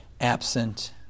absent